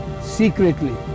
secretly